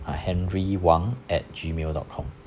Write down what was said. uh henry wang at G mail dot com